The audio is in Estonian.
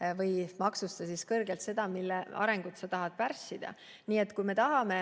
vaid maksusta kõrgelt seda, mille arengut sa tahad pärssida. Nii et kui me tahame,